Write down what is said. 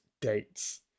dates